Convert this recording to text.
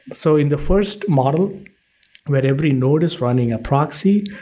so, in the first model but every node is running a proxy,